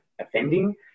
offending